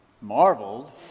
marveled